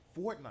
Fortnite